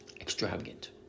extravagant